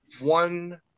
one –